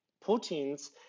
proteins